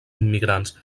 immigrants